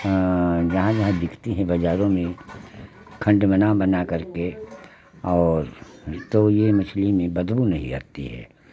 जहाँ जहाँ दिखती हैं बाज़ारों में खंड बना बना करके और तो ये मछली में बदबू नहीं आती है